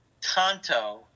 Tonto